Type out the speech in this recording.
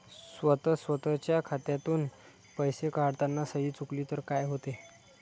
स्वतः स्वतःच्या खात्यातून पैसे काढताना सही चुकली तर काय होते?